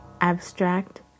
Abstract